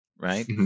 right